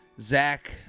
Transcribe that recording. Zach